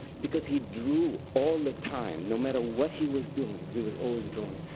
because he drew all the time, no matter what he was doing. he was always drawing.